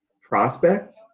prospect